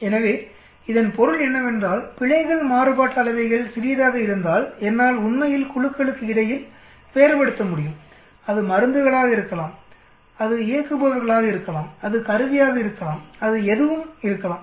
எனவே இதன் பொருள் என்னவென்றால்பிழைகள் மாறுபாட்டு அளவைகள் சிறியதாக இருந்தால் என்னால் உண்மையில் குழுக்களுக்கு இடையில் வேறுபடுத்த முடியும்அது மருந்துகளாக இருக்கலாம் அது இயக்குபவர்களாக இருக்கலாம்அது கருவியாக இருக்கலாம் அது எதுவும் இருக்கலாம்